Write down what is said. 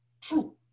True